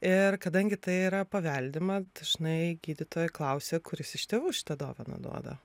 ir kadangi tai yra paveldima dažnai gydytojai klausia kuris iš tėvų šitą dovaną duoda